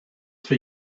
for